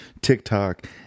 TikTok